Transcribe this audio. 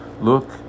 Look